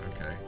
Okay